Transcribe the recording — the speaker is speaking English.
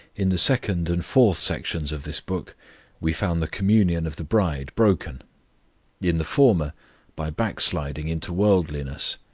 in the second and fourth sections of this book we found the communion of the bride broken in the former by backsliding into worldliness,